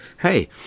hey